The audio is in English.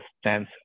stance